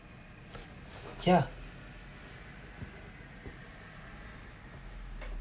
ya